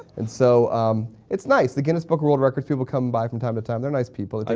and so, um it's nice, the guinness book of world records people come by from time to time. they're nice people,